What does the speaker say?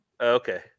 Okay